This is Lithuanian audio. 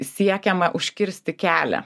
siekiama užkirsti kelią